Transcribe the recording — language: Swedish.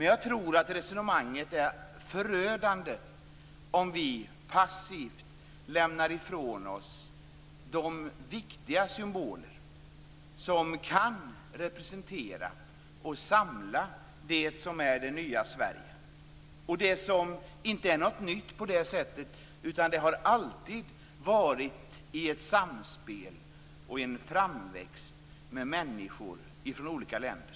Jag tror att resonemanget är förödande om vi passivt lämnar ifrån oss de viktiga symboler som kan representera och samla det som är det nya Sverige. Det är inte något nytt. Det har alltid varit ett samspel, och det har alltid vuxit fram mellan människor från olika länder.